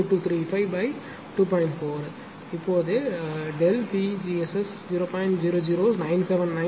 4 PgSS 0